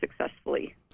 successfully